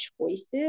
choices